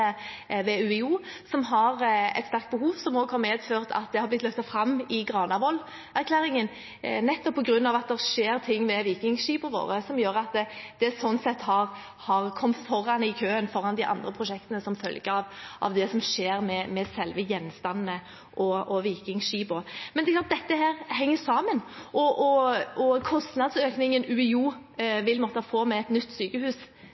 ved UiO, som har et sterkt behov, som har medført at det har blitt løftet fram i Granavolden-erklæringen, nettopp på grunn av at det skjer ting med vikingskipene våre som gjør at det har kommet foran i køen, foran de andre prosjektene – som følge av det som skjer med selve gjenstandene og vikingskipene. Men dette henger sammen, og kostnadsøkningen UiO vil måtte få med et nytt sykehus